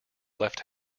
left